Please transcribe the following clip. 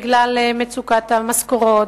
בגלל מצוקת המשכורות,